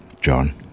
John